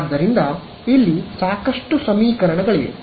ಆದ್ದರಿಂದ ಇಲ್ಲಿ ಸಾಕಷ್ಟು ಸಮೀಕರಣಗಳಿವೆ